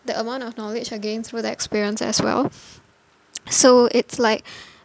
the amount of knowledge I gained through the experience as well so it's like